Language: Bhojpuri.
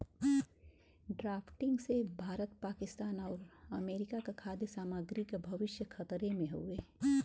ड्राफ्टिंग से भारत पाकिस्तान आउर अमेरिका क खाद्य सामग्री क भविष्य खतरे में हउवे